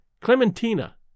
Clementina